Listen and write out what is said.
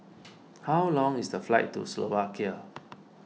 how long is the flight to Slovakia